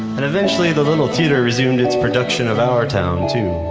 and eventually, the little theater resumed its production of our town too.